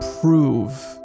prove